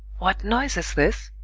what noise is this?